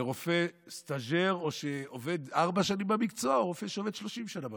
לרופא סטאז'ר שעובד ארבע שנים במקצוע או רופא שעובד 30 שנה במקצוע?